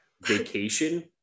vacation